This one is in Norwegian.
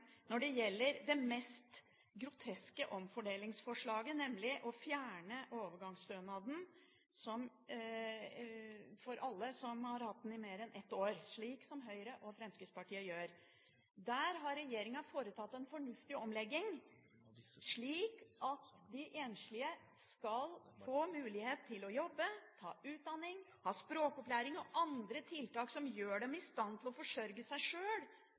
gjelder det mest groteske omfordelingsforslaget, nemlig å fjerne overgangsstønaden for alle som har hatt den i mer enn ett år, slik som Høyre og Fremskrittspartiet foreslår. Her har regjeringen foretatt en fornuftig omlegging, slik at de enslige skal få mulighet til å jobbe, ta utdanning, ha språkopplæring og andre tiltak som gjør dem i stand til å forsørge seg sjøl